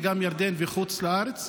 וגם ירדן וחוץ לארץ.